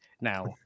now